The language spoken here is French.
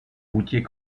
routier